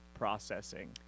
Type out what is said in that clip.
processing